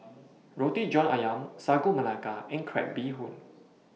Roti John Ayam Sagu Melaka and Crab Bee Hoon